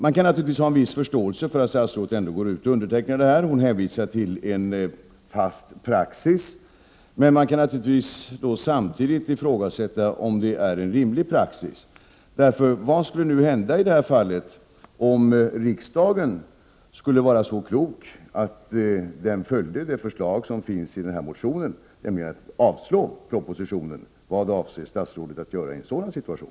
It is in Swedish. Man kan naturligtvis ha en viss förståelse för att statsrådet ändå undertecknar avtalet — hon hänvisar till en ”fast praxis”. Men man kan samtidigt ifrågasätta om det är en rimlig praxis. Vad skulle hända i det här fallet om riksdagen skulle vara så klok att den följde det förslag som finns i motionen, nämligen att avslå propositionens förslag? Vad avser statsrådet att göra i en sådan situation?